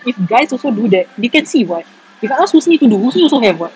if guys also do that we can see [what] if I ask husni to do husni also have [what]